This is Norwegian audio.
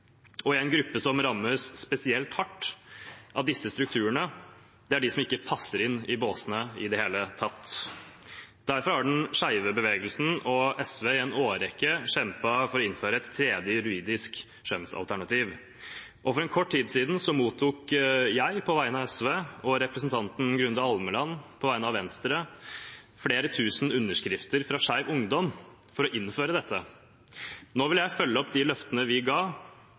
i hverdagen. En gruppe som rammes spesielt hardt av disse strukturene, er de som ikke passer inn i båsene i det hele tatt. Derfor har den skeive bevegelsen og SV i en årrekke kjempet for å innføre et tredje juridisk kjønnsalternativ. For kort tid siden mottok jeg på vegne av SV og representanten Grunde Almeland på vegne av Venstre flere tusen underskrifter fra Skeiv Ungdom for å innføre dette. Nå vil jeg følge opp de løftene vi ga,